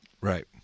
right